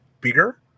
bigger